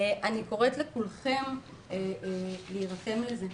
אני קוראת לכולכם להירתם לזה.